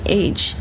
age